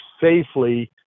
safely